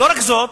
לא רק זה,